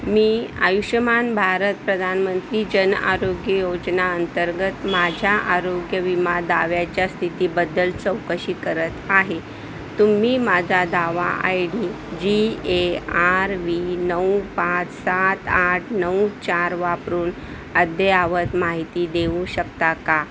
मी आयुष्यमान भारत प्रधानमंत्री जनआरोग्य योजनेअंतर्गत माझ्या आरोग्य विमा दाव्याच्या स्थितीबद्दल चौकशी करत आहे तुम्ही माझा दावा I D G A R V नऊ पाच सात आठ नऊ चार वापरून अद्ययावत माहिती देऊ शकता का